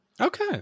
okay